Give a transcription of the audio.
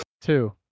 Two